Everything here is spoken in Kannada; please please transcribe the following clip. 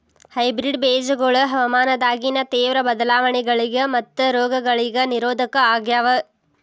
ಹೈಬ್ರಿಡ್ ಬೇಜಗೊಳ ಹವಾಮಾನದಾಗಿನ ತೇವ್ರ ಬದಲಾವಣೆಗಳಿಗ ಮತ್ತು ರೋಗಗಳಿಗ ನಿರೋಧಕ ಆಗ್ಯಾವ